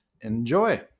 enjoy